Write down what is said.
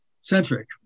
centric